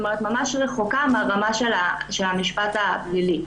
רמה ממש רחוקה מהרמה של המשפט הפלילי,